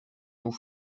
nous